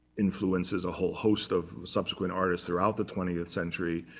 influences a whole host of subsequent artists throughout the twentieth century.